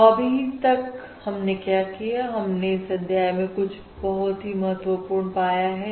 तो अभी तक हमने क्या किया हमने इस अध्याय में कुछ बहुत हीमहत्वपूर्ण पाया है